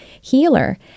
healer